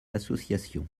associations